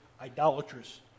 idolatrous